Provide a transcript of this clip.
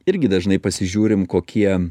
irgi dažnai pasižiūrim kokie